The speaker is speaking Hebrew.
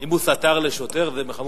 אם הוא סטר לשוטר, זה חמור.